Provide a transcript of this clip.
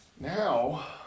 Now